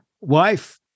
wife